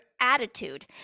attitude